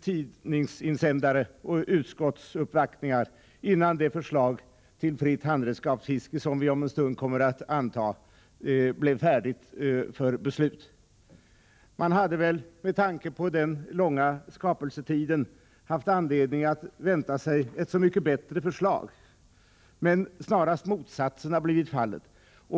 tidningsinsändare och utskottsuppvaktningar, innan det förslag till fritt handredskapsfiske som vi om en stund skall anta blivit färdigt för beslut. Man hade väl med tanke på denna långa skapelsetid haft anledning att vänta sig ett så mycket bättre förslag, men snarast motsatsen har blivit fallet.